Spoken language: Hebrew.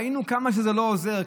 ראינו כמה שזה לא עוזר,